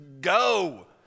go